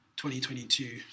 2022